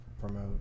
promote